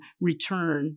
return